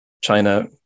China